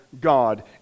God